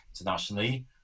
internationally